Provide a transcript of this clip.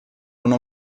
una